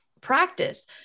practice